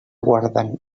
guarden